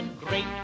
Great